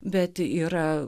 bet yra